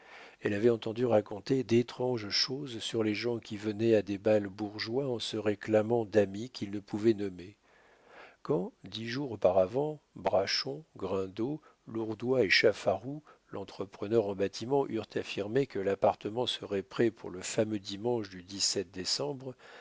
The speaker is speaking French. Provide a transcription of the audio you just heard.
elle avait entendu raconter d'étranges choses sur les gens qui venaient à des bals bourgeois en se réclamant d'amis qu'ils ne pouvaient nommer quand dix jours auparavant braschon grindot lourdois et chaffaroux l'entrepreneur en bâtiment eurent affirmé que l'appartement serait prêt pour le fameux dimanche du dix-sept décembre